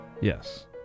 Yes